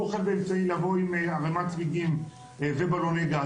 באמצעים לבוא עם ערימת צמיגים ובלוני גז,